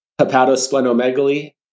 hepatosplenomegaly